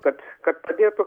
kad kad padėtų